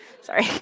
Sorry